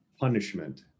punishment